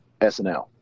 SNL